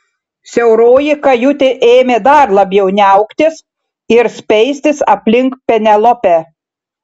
siauroji kajutė ėmė dar labiau niauktis ir speistis aplink penelopę